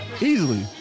Easily